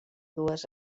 dues